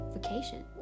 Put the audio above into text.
vacation